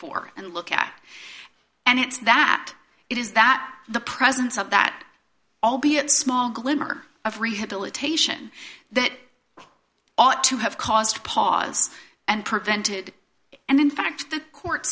for and look at and it's that it is that the presence of that albeit small glimmer of rehabilitation that ought to have caused pause and prevented and in fact the court